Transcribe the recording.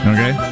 Okay